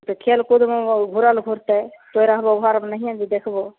तऽ खेलकुदमे घुरल घुरतै तोए रहबो घरमे नहिए ने जे देखबहो